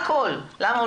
זה לא